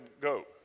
go